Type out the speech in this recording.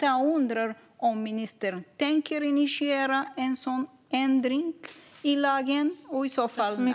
Jag undrar om ministern tänker initiera en sådan ändring i lagen och i så fall när.